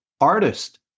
artist